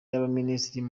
y’abaminisitiri